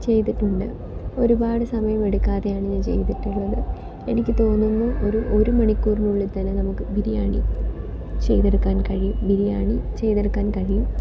ചെയ്തിട്ടുണ്ട് ഒരുപാട് സമയമെടുക്കാതെയാണ് ഞാൻ ചെയ്തിട്ടുള്ളത് എനിക്ക് തോന്നുന്നു ഒരു ഒരു മണിക്കൂറിനുള്ളിൽ തന്നെ നമുക്ക് ബിരിയാണി ചെയ്തെടുക്കാൻ കഴിയും ബിരിയാണി ചെയ്തെടുക്കാൻ കഴിയും